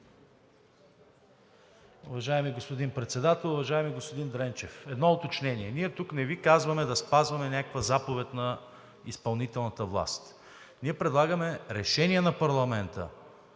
Уважаеми господин Председател! Уважаеми господин Дренчев, едно уточнение: ние тук не Ви казваме да спазваме някаква заповед на изпълнителната власт. Ние предлагаме решение на парламента,